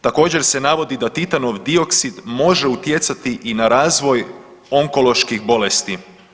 Također se navodi da titanov dioksid može utjecati i na razvoj onkoloških bolesti.